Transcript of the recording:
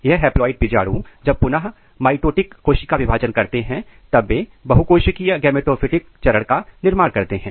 यह हैप्लॉयड बीजाणु जब पुनः माइटोटिक कोशिका विभाजन करते हैं तब वे बहुकोशिकीय गेमेटोफिटिक चरण का निर्माण करते हैं